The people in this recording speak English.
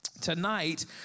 Tonight